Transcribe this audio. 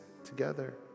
together